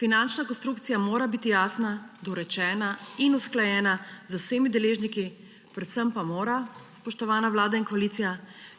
Finančna konstrukcija mora biti jasna, dorečena in usklajena z vsemi deležniki, predvsem pa mora, spoštovana Vlada in koalicija,